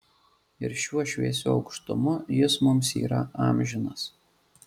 ir šiuo šviesiu aukštumu jis mums yra amžinas